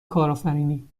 کارآفرینی